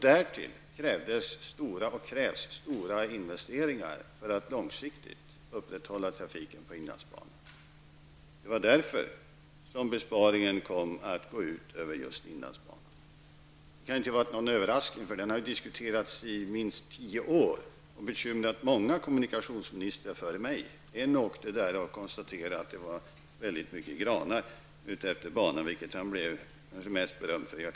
Därtill krävdes stora investeringar för att långsiktigt upprätthålla trafiken på inlandsbanan. Det var därför som besparingen kom att gå ut över just inlandsbanan. Det kan inte ha varit någon överraskning, för den har diskuterats i minst tio år och bekymrat många kommunikationsministrar före mig. En av dem åkte längs inlandsbanan och konstaterade att det var väldigt mycket granar utefter den, vilket han blev kanske som mest berömd för.